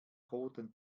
roten